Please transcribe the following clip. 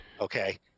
Okay